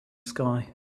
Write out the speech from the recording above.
sky